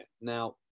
Now